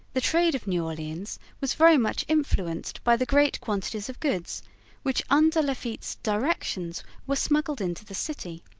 the trade of new orleans was very much influenced by the great quantities of goods which under lafitte's directions were smuggled into the city.